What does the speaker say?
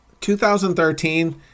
2013